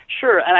Sure